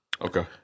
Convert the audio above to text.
Okay